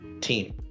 team